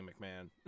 McMahon